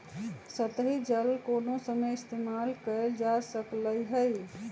सतही जल कोनो समय इस्तेमाल कएल जा सकलई हई